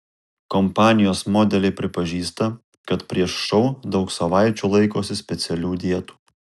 kompanijos modeliai pripažįsta kad prieš šou daug savaičių laikosi specialių dietų